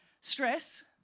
stress